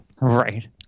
Right